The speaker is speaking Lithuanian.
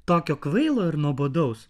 tokio kvailo ir nuobodaus